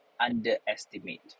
underestimate